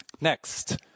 Next